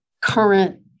current